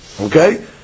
Okay